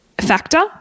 factor